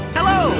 Hello